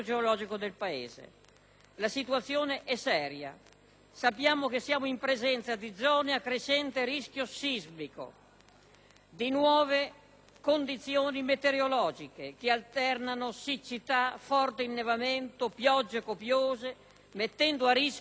La situazione è seria, sappiamo che siamo in presenza di zone a crescente rischio sismico, di nuove condizioni meteorologiche che alternano siccità, forte innevamento e piogge copiose, mettendo a rischio il nostro territorio,